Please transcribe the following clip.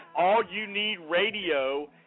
allyouneedradio